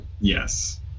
yes